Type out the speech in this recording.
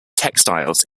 textiles